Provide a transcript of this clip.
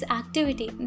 activity